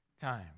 time